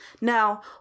Now